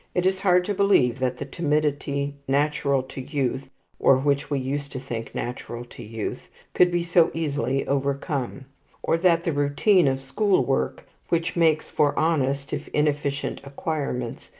it is hard to believe that the timidity natural to youth or which we used to think natural to youth could be so easily overcome or that the routine of school work, which makes for honest if inefficient acquirements,